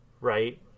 right